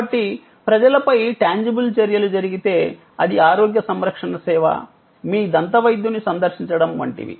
కాబట్టి ప్రజలపై టాంజిబుల్ చర్యలు జరిగితే అది ఆరోగ్య సంరక్షణ సేవ మీ దంతవైద్యుని సందర్శించడం వంటివి